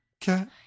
cat